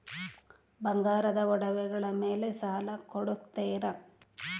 ಬಂಗಾರದ ಒಡವೆಗಳ ಮೇಲೆ ಸಾಲ ಕೊಡುತ್ತೇರಾ?